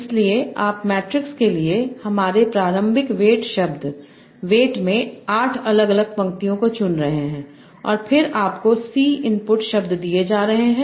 इसलिए आप मैट्रिक्स के लिए हमारे प्रारंभिक वेट शब्द वेट में 8 अलग अलग पंक्तियों को चुन रहे हैं और फिर आपको C इनपुट शब्द दिए जा रहे हैं